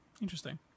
Interesting